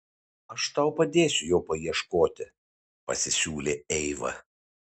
aš tau padėsiu jo paieškoti pasisiūlė eiva